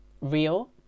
real